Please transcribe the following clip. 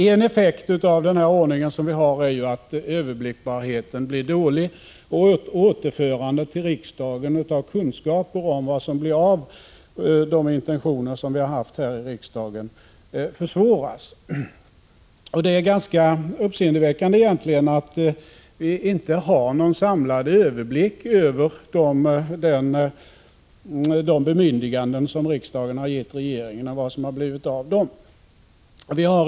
En effekt av den ordning som vi har är alltså att överblickbarheten blir dålig och att återförandet till riksdagen av kunskaper om vad som blir av de intentioner som vi har haft här i riksdagen försvåras. Det är egentligen ganska uppseendeväckande att vi inte har någon samlad överblick över de bemyndiganden som riksdagen har gett regeringen och vad som har blivit av dem.